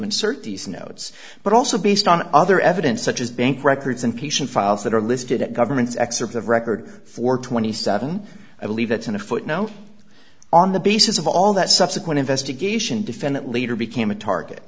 insert these notes but also based on other evidence such as bank records and patient files that are listed at government's excerpt of record for twenty seven i believe that in a footnote on the basis of all that subsequent investigation defendant leader became a target